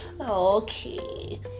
Okay